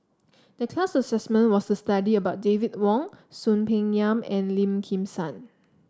the class assignment was to study about David Wong Soon Peng Yam and Lim Kim San